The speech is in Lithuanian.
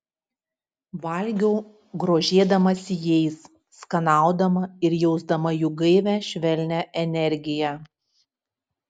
valgiau grožėdamasi jais skanaudama ir jausdama jų gaivią švelnią energiją